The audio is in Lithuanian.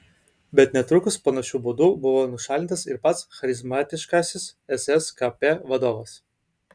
bet netrukus panašiu būdu buvo nušalintas ir pats charizmatiškasis sskp vadovas